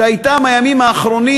מהימים האחרונים,